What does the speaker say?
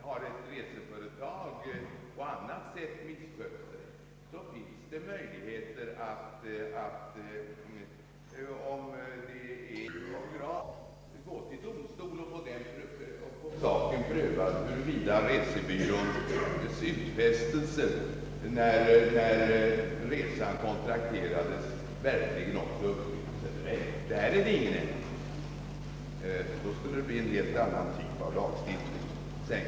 Har ett reseföretag på annat sätt missskött sig, finns det möjligheter — om missförhållandena är av grav art — att gå till domstol och få prövat huruvida resebyråns utfästelser när resan kontrakterades verkligen också uppfyllts. Därvidlag är det ingen ändring. Om syftet varit något annat än det jag nyss nämnde, skulle det behövts en helt annan typ av lagstiftning.